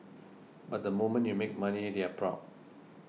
but the moment you make money they're proud